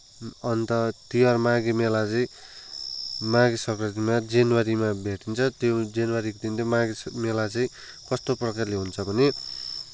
अन्त तिहार माघे मेला चाहिँ माघे सङ्क्रान्तिमा जनवरीमा भेटिन्छ त्यो जनवरीको दिन त्यो माघे मेला चाहिँ कस्तो प्रकारले हुन्छ भने